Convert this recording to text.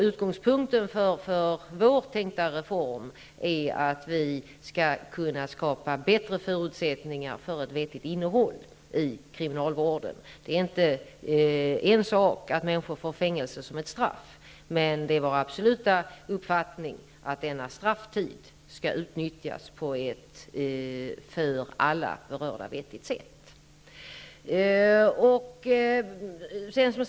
Utgångspunkten för vår tänkta reform är att vi skall kunna skapa bättre förutsättningar för ett vettigt innehåll i kriminalvården. Det är en sak att människor får fängelse som straff, men det är vår absoluta uppfattning att denna strafftid skall utnyttjas på ett för alla berörda vettigt sätt.